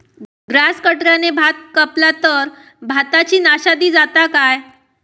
Grass कटराने भात कपला तर भाताची नाशादी जाता काय?